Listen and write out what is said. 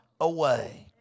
away